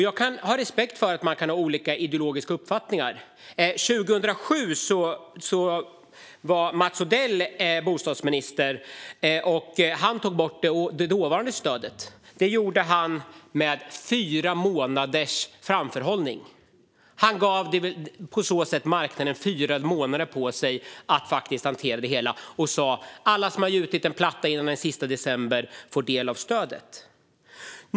Jag har respekt för att man kan ha olika ideologiska uppfattningar. År 2007 var Mats Odell bostadsminister. Han tog bort det dåvarande stödet, och det gjorde han med fyra månaders framförhållning. Han gav marknaden fyra månader att hantera det hela och sa: Alla som har gjutit en platta före den sista december får del av stödet.